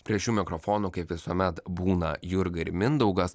prie šių mikrofonų kaip visuomet būna jurga ir mindaugas